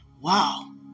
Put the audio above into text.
wow